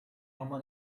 ama